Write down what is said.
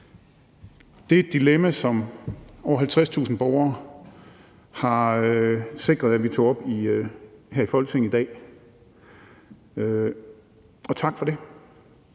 Det er et dilemma, som over 50.000 borgere har sikret at vi tager op her i Folketinget i dag, og tak for det.